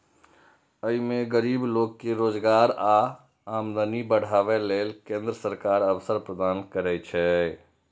अय मे गरीब लोक कें रोजगार आ आमदनी बढ़ाबै लेल केंद्र सरकार अवसर प्रदान करै छै